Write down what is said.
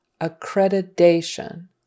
Accreditation